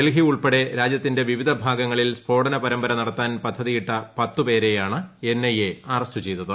ഡൃൽഹ്റി ഉൾപ്പെടെ രാജ്യത്തിന്റെ വിവിധ ഭാഗങ്ങളിൽ സ്ഫോട്ടുനപ്പര്മ്പര നടത്താൻ പദ്ധതിയിട്ട പത്ത് പേരെയാണ് എൻ ഐ ്എ് അറസ്റ്റു ചെയ്തത്